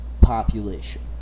population